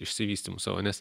išsivystymu savo nes